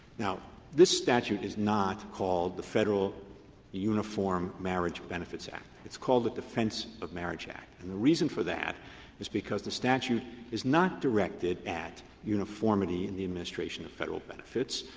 now, this statute is not called the federal uniform marriage benefits act it's called the defense of marriage act. and the reason for that is because the statute is not directed at uniformity in the administration of federal benefits.